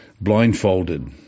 blindfolded